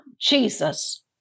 Jesus